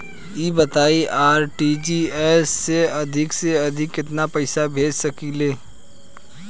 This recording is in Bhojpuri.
ई बताईं आर.टी.जी.एस से अधिक से अधिक केतना पइसा भेज सकिले?